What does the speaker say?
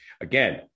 Again